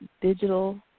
digital